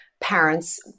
parents